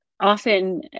often